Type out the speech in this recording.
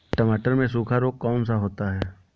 टमाटर में सूखा रोग कौन सा होता है?